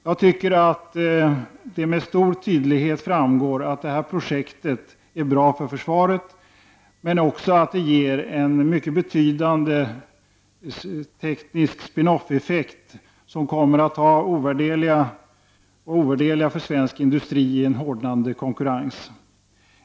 Jag tycker att det med stor tydlighet framgår att detta projekt är bra för försvaret men också att det ger mycket betydande tekniska spin-off-effekter, som kommer att vara ovärderliga för svensk industri i en hårdnande konkurrens.